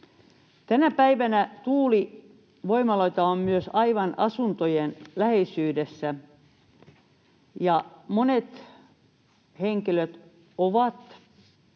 Tänä päivänä tuulivoimaloita on myös aivan asuntojen läheisyydessä, ja monet henkilöt ovat